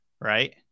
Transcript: right